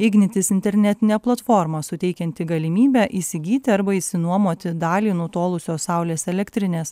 ignitis internetinė platforma suteikianti galimybę įsigyti arba išsinuomoti dalį nutolusios saulės elektrinės